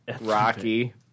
Rocky